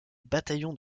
bataillons